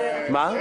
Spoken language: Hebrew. --- מה?